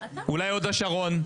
אולי הוד השרון?